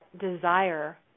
desire